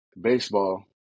baseball